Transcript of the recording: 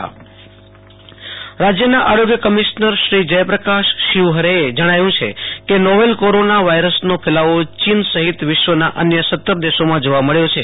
આશુ તોષ અંતાણી રાજય corona virus આરોગ્ય commissioner રાજ્યના આરોગ્ય કમિશ્નર શ્રી જયપ્રકાશ શિવાહરેએ જણાવ્યુ છે કે નોવેલ કોરોના વાયરસનો ફેલાવો ચીન સહિત વિશ્વના અન્ય સત્તર દેશોમાં જોવા મળ્યો છે